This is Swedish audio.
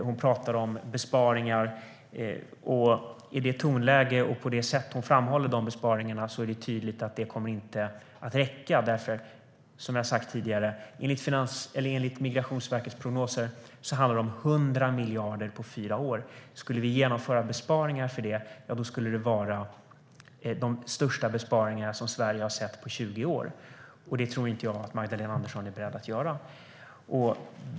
Hon pratar om besparingar. I det tonläge och på det sätt hon framhåller de besparingarna är det tydligt att det inte kommer att räcka. Som jag har sagt tidigare handlar det enligt Migrationsverkets prognoser om 100 miljarder på fyra år. Skulle vi genomföra besparingar för det skulle det vara de största besparingar som Sverige har sett på 20 år, och det tror jag inte att Magdalena Andersson är beredd till.